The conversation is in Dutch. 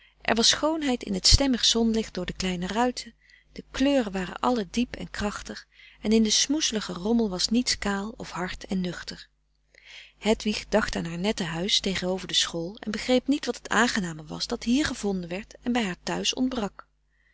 er was schoonheid in het stemmig zonlicht door de kleine ruiten de kleuren waren allen diep en krachtig en in den smoezeligen rommel was niets kaal of hard en nuchter hedwig dacht aan haar nette huis tegen-over de school en begreep niet wat het aangename was dat hier gevonden werd en bij haar thuis ontbrak